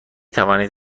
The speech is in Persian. توانید